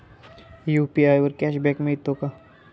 UPI वर cashback मिळतो का?